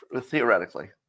Theoretically